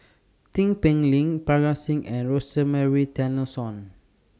Tin Pei Ling Parga Singh and Rosemary